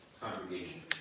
congregation